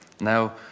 Now